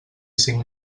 cinc